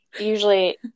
usually